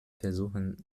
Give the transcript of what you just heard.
versuchen